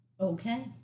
Okay